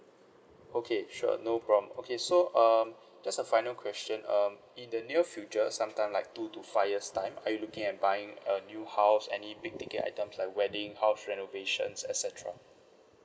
okay sure no problem okay so um just a final question um in the near future sometime like two to five years time are you looking at buying a new house any big ticket items like wedding house renovations et cetera